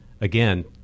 again